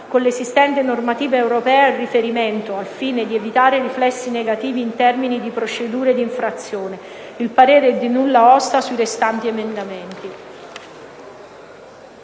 con l'esistente normativa europea di riferimento, al fine di evitare riflessi negativi in termini di procedure di infrazione. Il parere è di nulla osta sui restanti emendamenti».